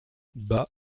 bas